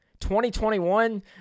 2021